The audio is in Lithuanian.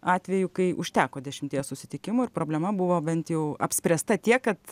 atvejų kai užteko dešimties susitikimų ir problema buvo bent jau apspręsta tiek kad